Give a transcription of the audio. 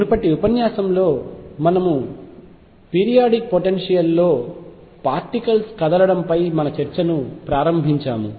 మునుపటి ఉపన్యాసంలో మనము పీరియాడిక్ పొటెన్షియల్ లో పార్టికల్స్ కదలడంపై మన చర్చను ప్రారంభించాము